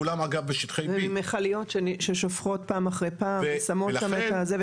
אגב כולם בשטחי B. ומכליות ששופכות פעם אחר פעם ושמות שם את הזה,